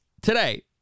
today